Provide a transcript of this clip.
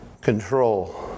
control